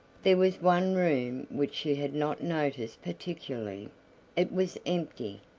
there was one room which she had not noticed particularly it was empty,